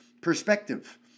perspective